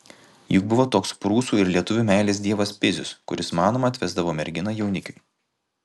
juk buvo toks prūsų ir lietuvių meilės dievas pizius kuris manoma atvesdavo merginą jaunikiui